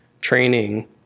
training